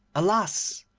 alas!